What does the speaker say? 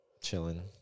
chilling